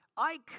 Ike